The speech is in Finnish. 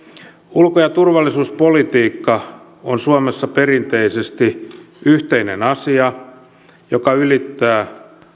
ulko ja turvallisuuspolitiikka on suomessa perinteisesti yhteinen asia joka ylittää